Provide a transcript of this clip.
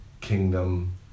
kingdom